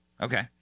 Okay